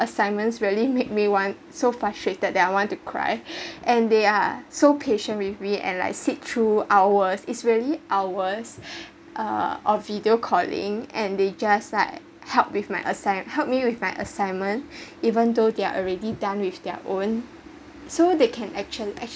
assignments really make me want so frustrated that I want to cry and they are so patience with me and like sit through hours is really hours uh of video calling and they just like help with my assign~ helped me with my assignment even though they're already done with their own so they can actua~